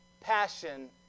passion